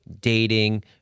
dating